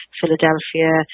Philadelphia